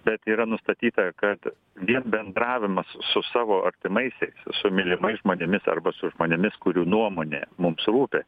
bet yra nustatyta kad vien bendravimas su savo artimaisiais su mylimais žmonėmis arba su žmonėmis kurių nuomonė mums rūpi